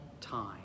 time